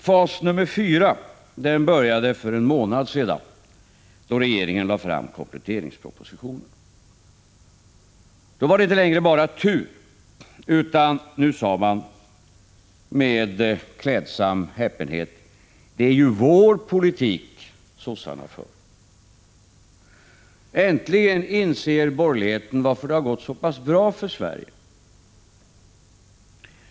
Fas nummer fyra började för en månad sedan, då regeringen lade fram kompletteringspropositionen. Då var det inte längre bara tur, utan då sade man med klädsam häpenhet: Det är ju vår politik sossarna för! Äntligen inser borgerligheten varför det har gått så pass bra för Sverige.